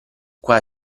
qua